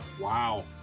Wow